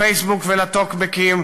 לפייסבוק ולטוקבקים,